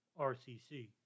RCC